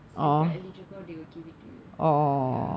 so if you are eligible they will give it to you